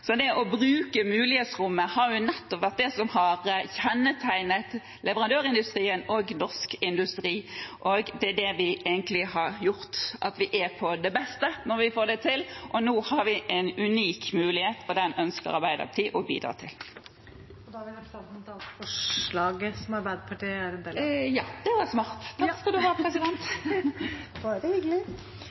Det å bruke mulighetsrommet har nettopp vært det som har kjennetegnet leverandørindustrien og norsk industri. Det er det vi egentlig har gjort, vi er på det beste når vi får det til. Nå har vi en unik mulighet, og den ønsker Arbeiderpartiet å bidra til. Jeg tar opp forslaget som Arbeiderpartiet sammen med SV og Miljøpartiet De Grønne står bak. Da har representanten Ruth Grung tatt opp forslaget hun viste til. Nå ble det